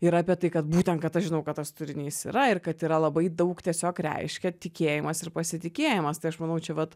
yra apie tai kad būtent kad aš žinau ką tas turinys yra ir kad yra labai daug tiesiog reiškia tikėjimas ir pasitikėjimas tai aš manau čia vat